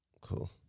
Cool